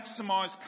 Maximise